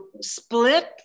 split